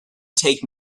take